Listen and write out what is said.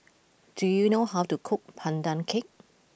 do you know how to cook Pandan Cake